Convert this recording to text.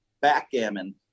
backgammon